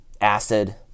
acid